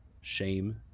Shame